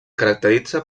caracteritza